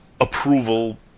approval